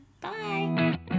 Bye